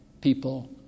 people